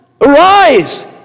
Arise